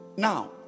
Now